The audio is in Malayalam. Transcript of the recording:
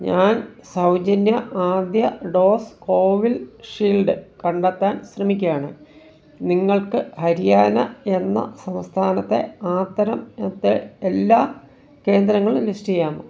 ഞാൻ സൗജന്യ ആദ്യ ഡോസ് കോവിഷീൽഡ് കണ്ടെത്താൻ ശ്രമിക്കുകയാണ് നിങ്ങൾക്ക് ഹരിയാന എന്ന സംസ്ഥാനത്തെ അത്തരം എക്കെ എല്ലാ കേന്ദ്രങ്ങളും ലിസ്റ്റ് ചെയ്യാമോ